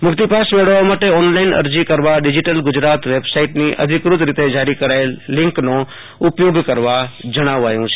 મુકિતપાસ મેળવવા માટે ઓનલાઈન અરજી કરવા ડિઝીટલ ગુજરાત વેબસાઈટની અધિકત રીતે જારી કરાયેલી લિકનો ઉપયોગ કરવા જણાવાયું છે